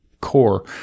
core